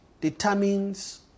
determines